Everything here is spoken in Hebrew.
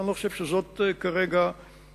אבל אני לא חושב שזאת כרגע הדוגמה.